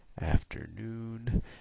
Afternoon